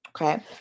Okay